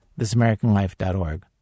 thisamericanlife.org